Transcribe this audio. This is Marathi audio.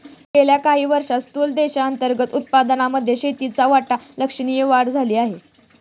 गेल्या काही वर्षांत स्थूल देशांतर्गत उत्पादनामध्ये शेतीचा वाटा लक्षणीय वाढला आहे